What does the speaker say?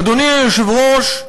אדוני היושב-ראש,